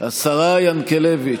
השרה ינקלביץ'.